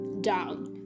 down